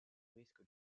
risque